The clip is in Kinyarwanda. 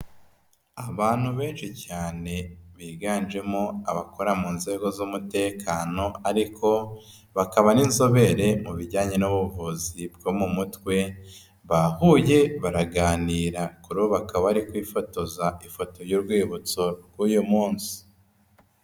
Abantu benshi cyane biganjemo abakora mu nzego z'umutekano ariko bakaba n'inzobere mu bijyanye n'ubuvuzi bwo mu mutwe, bahuye baraganira ubwo rero bakaba bari kwifotoza ifoto y'urwibutso rw'uyu munsi.